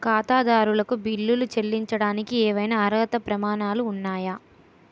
ఖాతాదారులకు బిల్లులు చెల్లించడానికి ఏవైనా అర్హత ప్రమాణాలు ఉన్నాయా?